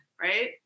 right